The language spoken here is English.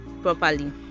properly